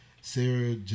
Sarah